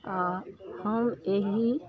आ हम एहि